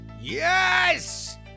YES